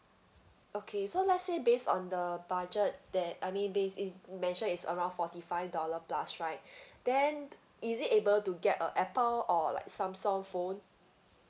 okay so let's say based on the budget that I mean based is you mention is around forty five dollar plus right then is it able to get a apple or like samsung phone